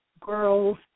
girls